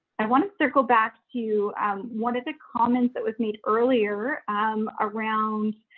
i wanna circle back to one of the comments that was made earlier um around,